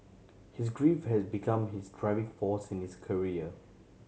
his grief has become his driving force in his career